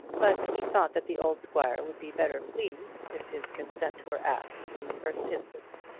but he thought that the old squire would be better pleased if his consent were asked in the first instance.